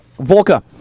Volka